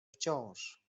wciąż